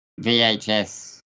VHS